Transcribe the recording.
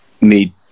need